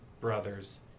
brothers